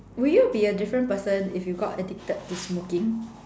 will you be a different person if you got addicted to smoking